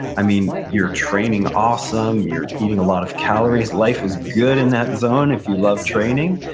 i mean you're training awesome, you're eating a lot of calories. life is good in that zone if you love training,